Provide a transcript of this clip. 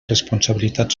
responsabilitat